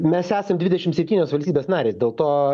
mes esam dvidešimt septynios valstybės narės dėl to